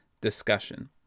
discussion